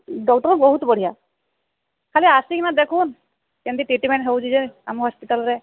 doctor ବହୁତ ବଢ଼ିଆ ଖାଲି ଆସିକି ନା ଦେଖନ୍ କେମିତି ଟ୍ରିଟମେଣ୍ଟ ହେଉଛି ଯେ ଆମ ହସ୍ପିଟାଲରେ